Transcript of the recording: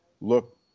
look